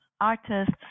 artists